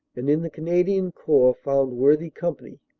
and in the canadian corps found worthy company.